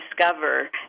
discover